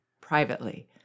privately